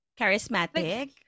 Charismatic